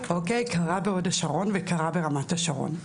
קרה בהוד השרון וקרה ברמת השרון.